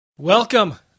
Welcome